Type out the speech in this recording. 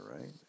right